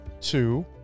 two